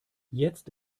jetzt